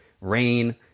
rain